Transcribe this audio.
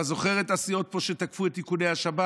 אתה זוכר את הסיעות פה שתקפו את איכוני השב"כ